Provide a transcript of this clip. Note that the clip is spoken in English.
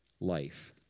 life